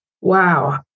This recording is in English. Wow